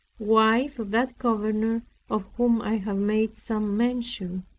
wife of that governor of whom i have made some mention.